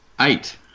Eight